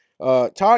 Todd